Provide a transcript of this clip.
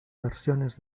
versiones